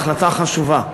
היא החלטה חשובה.